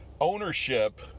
Ownership